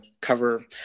cover